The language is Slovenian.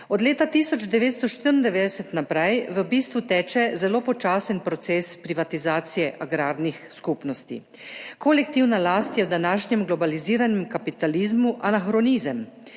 Od leta 1994 naprej v bistvu teče zelo počasen proces privatizacije agrarnih skupnosti. Kolektivna last je v današnjem globaliziranem kapitalizmu anahronizem.